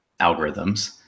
algorithms